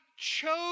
chose